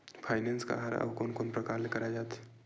Finance का हरय आऊ कोन कोन प्रकार ले कराये जाथे?